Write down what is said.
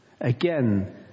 again